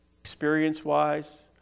Experience-wise